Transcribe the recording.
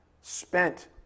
spent